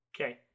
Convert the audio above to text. Okay